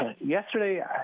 Yesterday